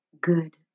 good